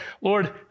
Lord